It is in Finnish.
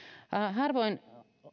harvoin